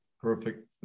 Perfect